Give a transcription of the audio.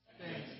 Thanks